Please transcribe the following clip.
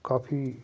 ਕਾਫ਼ੀ